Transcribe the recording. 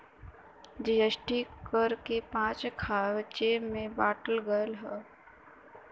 GST कर के पाँच खाँचे मे बाँटल गएल हौ